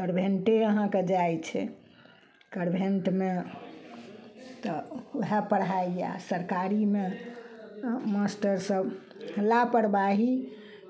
केनभेंटे अहाँके जाइ छै कनभेंटमे तऽ वएह पढ़ाइ या सरकारीमे मास्टर सब लापरबाही